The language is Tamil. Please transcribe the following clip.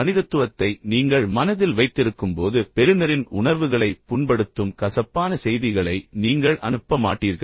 மனிதத்துவத்தை நீங்கள் மனதில் வைத்திருக்கும்போது பெறுநரின் உணர்வுகளை புண்படுத்தும் கசப்பான செய்திகளை நீங்கள் அனுப்ப மாட்டீர்கள்